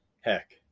Heck